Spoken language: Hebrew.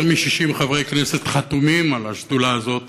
יותר מ-60 חברי כנסת חתומים על השדולה הזאת,